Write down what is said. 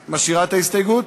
את משאירה את ההסתייגות?